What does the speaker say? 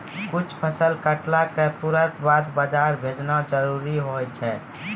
कुछ फसल कटला क तुरंत बाद बाजार भेजना जरूरी होय छै